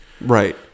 right